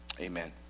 Amen